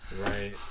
right